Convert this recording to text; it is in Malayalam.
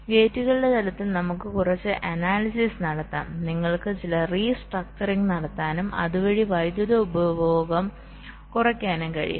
അതിനാൽ ഗേറ്റുകളുടെ തലത്തിൽ നമുക് കുറച്ച് അനാലിസിസ് നടത്താം നിങ്ങൾക്ക് ചില റീ സ്ട്രക്ചറിങ് നടത്താനും അതുവഴി വൈദ്യുതി ഉപഭോഗം കുറയ്ക്കാനും കഴിയും